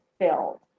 filled